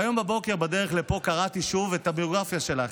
והיום בבוקר בדרך לפה קראתי שוב את הביוגרפיה שלך,